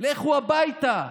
לכו הביתה.